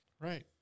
Right